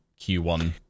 Q1